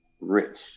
Rich